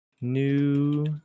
New